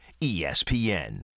ESPN